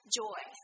joy